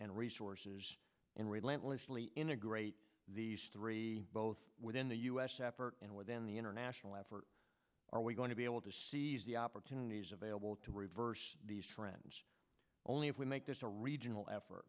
and resources in relentlessly integrate these three both within the u s effort and within the international effort are we going to be able to seize the opportunities available to reverse these trends only if we make this a regional effort